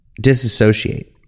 disassociate